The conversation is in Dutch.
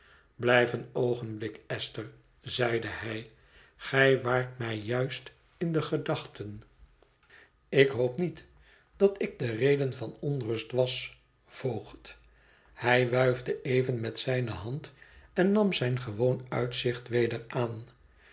een oogenblik esther zeide hij gij waart mij juist in de gedachten ik hoop niet dat ik de reden van onrust was voogd hij wuifde even met zijne hand en nam zijn gewoon uitzicht weder aan